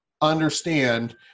understand